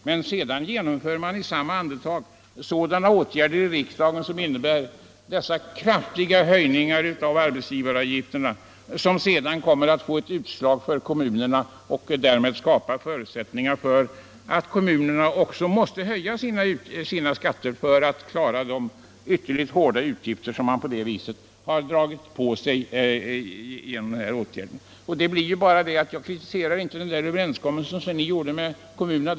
Men i samma andetag driver man igenom ett beslut i riksdagen om dessa kraftiga höjningar av arbetsgivaravgifterna som får det utslaget för kommunerna att de måste höja sina skatter för att klara de ytterligt ' ökade utgifter som kommunerna åsamkats genom denna åtgärd. Jag kritiserar inte överenskommelsen med kommunerna.